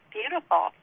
beautiful